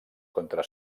contra